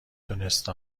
دونسته